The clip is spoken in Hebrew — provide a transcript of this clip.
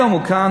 היום הוא כאן,